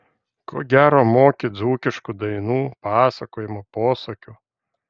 ko gero moki dzūkiškų dainų pasakojimų posakių